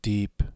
Deep